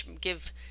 give